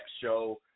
show